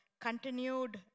continued